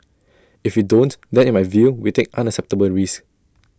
if we don't then in my view we take unacceptable risks